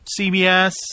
CBS